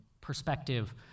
perspective